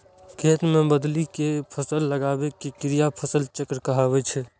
खेत मे बदलि कें फसल लगाबै के क्रिया फसल चक्र कहाबै छै